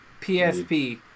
PSP